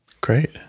Great